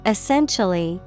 Essentially